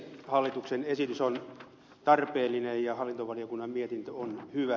hallituksen esitys on tarpeellinen ja hallintovaliokunnan mietintö on hyvä